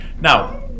Now